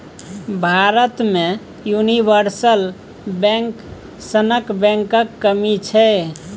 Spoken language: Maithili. भारत मे युनिवर्सल बैंक सनक बैंकक कमी छै